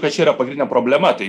kad čia yra pagrindinė problema tai